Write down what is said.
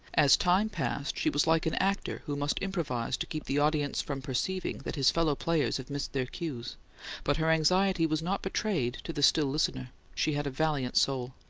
as time passed, she was like an actor who must improvise to keep the audience from perceiving that his fellow-players have missed their cues but her anxiety was not betrayed to the still listener she had a valiant soul.